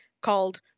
called